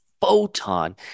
Photon